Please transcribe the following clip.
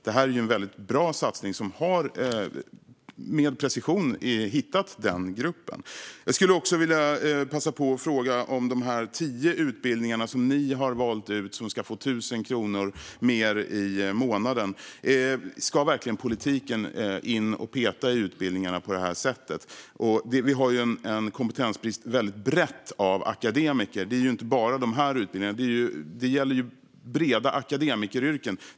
Det här är ju en bra satsning som med precision har hittat den gruppen. Jag skulle också vilja passa på att fråga om de tio utbildningar ni har valt ut som ska få 1 000 kronor mer i månaden. Ska verkligen politiken gå in och peta i utbildningar på det sättet? Vi har ju en bred kompetensbrist på akademiker. Det är inte bara dessa utbildningar, utan det gäller brett för akademikeryrken.